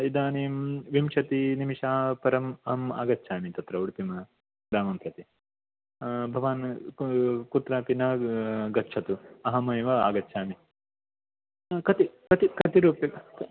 इदानीं विंशति निमेषाः परं अहम् आगच्छामि तत्र उडुपि ग्रामं प्रति भवान् कु कुत्र अपि न गच्छतु अहमेव आगच्छामि कति कति कति रूप्यकाणि